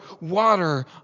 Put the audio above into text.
water